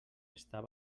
estar